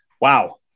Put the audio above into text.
wow